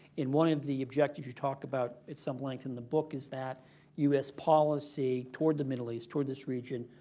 one of the objectives you talk about at some length in the book is that u s. policy toward the middle east, toward this region,